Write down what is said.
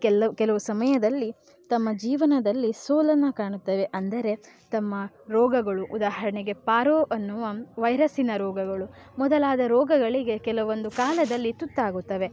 ಕೆಲವ್ ಕೆಲವು ಸಮಯದಲ್ಲಿ ತಮ್ಮ ಜೀವನದಲ್ಲಿ ಸೋಲನ್ನು ಕಾಣುತ್ತವೆ ಅಂದರೆ ತಮ್ಮ ರೋಗಗಳು ಉದಾಹರಣೆಗೆ ಪಾರೋ ಅನ್ನುವ ವೈರಸ್ಸಿನ ರೋಗಗಳು ಮೊದಲಾದ ರೋಗಗಳಿಗೆ ಕೆಲವೊಂದು ಕಾಲದಲ್ಲಿ ತುತ್ತಾಗುತ್ತವೆ